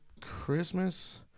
Christmas